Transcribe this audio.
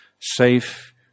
safe